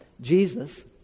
Jesus